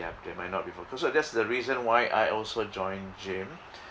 ya they might not be focused so that's the reason why I also joined gym